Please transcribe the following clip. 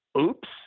Oops